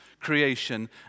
creation